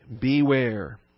Beware